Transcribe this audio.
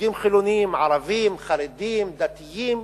יהודים חילונים, ערבים, חרדים, דתיים,